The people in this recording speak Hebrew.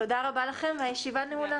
תודה רבה לכם הישיבה נעולה.